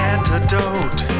Antidote